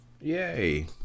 yay